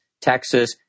Texas